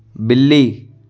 बिल्ली